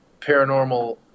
paranormal